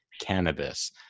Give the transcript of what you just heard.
cannabis